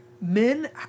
men